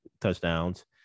touchdowns